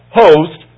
host